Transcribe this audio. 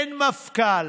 אין מפכ"ל,